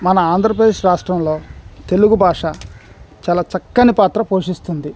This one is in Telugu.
మన ఆంధ్రప్రదేశ్ రాష్ట్రంలో తెలుగు భాష చాలా చక్కని పాత్ర పోషిస్తుంది